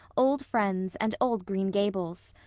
old friends, and old green gables!